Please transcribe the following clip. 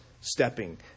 stepping